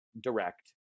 direct